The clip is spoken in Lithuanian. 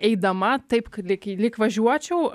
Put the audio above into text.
eidama taip lyg lyg važiuočiau